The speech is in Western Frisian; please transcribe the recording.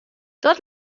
dat